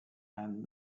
and